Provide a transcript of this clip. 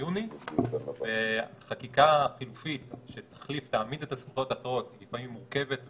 יוני וחקיקה חלופית שתחליף או תעמיד תוספות אחרות לפעמים מורכבת ורבה,